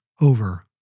over